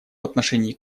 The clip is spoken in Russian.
отношении